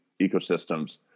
ecosystems